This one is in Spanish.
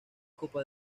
copa